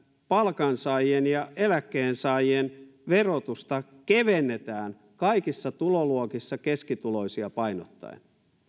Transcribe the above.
palkansaajien ja eläkkeensaajien verotusta kevennetään kaikissa tuloluokissa keskituloisia painottaen